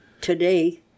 today